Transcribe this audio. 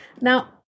Now